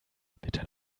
bitte